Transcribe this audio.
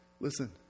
listen